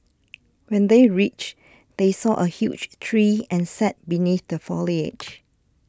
when they reached they saw a huge tree and sat beneath the foliage